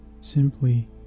simply